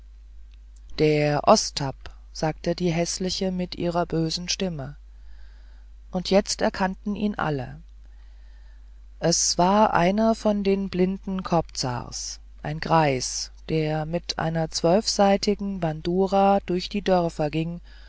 der ostap sagte die häßliche mit ihrer bösen stimme und jetzt erkannten ihn alle es war einer von den blinden kobzars ein greis der mit einer zwölfsaitigen bandura durch die dörfer ging